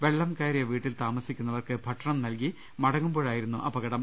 വെള്ളം കയറിയ വീട്ടിൽ താമസിക്കുന്നവർക്ക് ഭക്ഷണം നൽകി മടങ്ങുമ്പോഴായിരുന്നു അപകടം